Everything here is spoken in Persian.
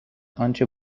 آنچه